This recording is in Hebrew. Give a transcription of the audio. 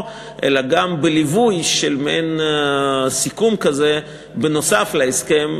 אלא גם בליווי של מעין סיכום כזה נוסף על ההסכם,